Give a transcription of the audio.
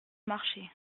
marché